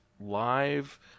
live